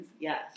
Yes